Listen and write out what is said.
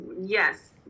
yes